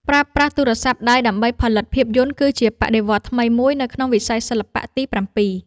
ប្រើប្រាស់ទូរស័ព្ទដៃដើម្បីផលិតភាពយន្តគឺជាបដិវត្តន៍ថ្មីមួយនៅក្នុងវិស័យសិល្បៈទីប្រាំពីរ។